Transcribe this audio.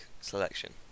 selection